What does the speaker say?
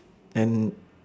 and